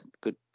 good